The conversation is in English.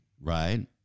right